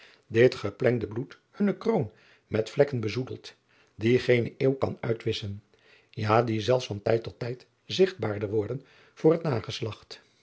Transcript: dit geplengde bloed hunne kroon met vlekken bezoedelt die geene eeuw kan uitwisschen ja die zelfs van tijd tot tijd zigtbaarder worden voor het nageslacht